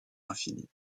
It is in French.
infini